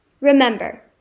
Remember